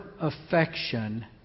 affection